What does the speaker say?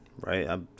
right